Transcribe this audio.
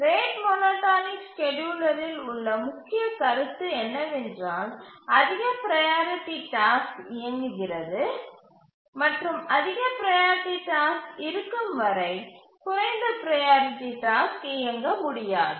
rate monotonic ஸ்கேட்யூலரில் உள்ள முக்கிய கருத்து என்னவென்றால் அதிக ப்ரையாரிட்டி டாஸ்க் இயங்குகிறது மற்றும் அதிக ப்ரையாரிட்டி டாஸ்க் இருக்கும் வரை குறைந்த ப்ரையாரிட்டி டாஸ்க் இயங்க முடியாது